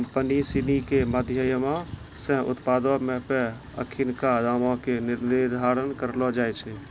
company सिनी के माधयमो से उत्पादो पे अखिनका दामो के निर्धारण करलो जाय छै